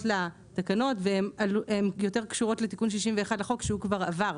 לתקנות והן יותר קשורות לתיקון 61 לחוק שהוא כבר עבר.